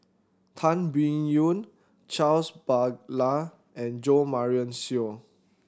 Tan Biyun Charles Paglar and Jo Marion Seow